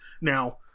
Now